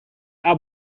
are